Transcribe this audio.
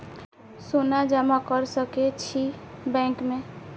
सोना जमा कर सके छी बैंक में?